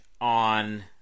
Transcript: on